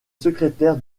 secrétaire